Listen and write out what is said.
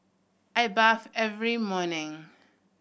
I bathe every morning